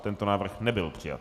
Tento návrh nebyl přijat.